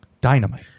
dynamite